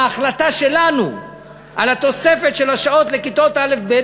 ההחלטה שלנו על תוספת השעות לכיתות א' ב',